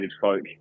folk